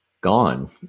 gone